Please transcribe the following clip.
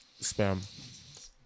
spam